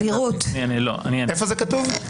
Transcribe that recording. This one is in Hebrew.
איפה זה כתוב?